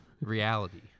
Reality